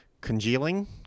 congealing